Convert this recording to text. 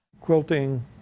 Quilting